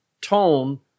tone